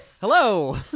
Hello